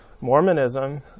Mormonism